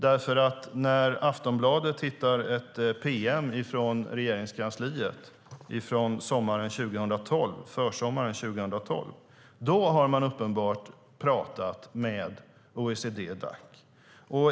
Aftonbladet har nämligen hittat ett pm från Regeringskansliet från försommaren 2012 som visar på att man då uppenbarligen har pratat med OECD-Dac.